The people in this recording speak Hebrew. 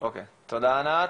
אוקיי, תודה ענת.